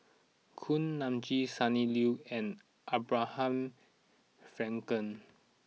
Kuak Nam Jin Sonny Liew and Abraham Frankel